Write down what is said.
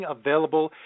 available